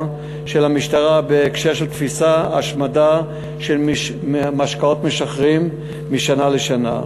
של המשטרה בהקשר של תפיסה והשמדה של משקאות משכרים משנה לשנה.